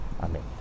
Amen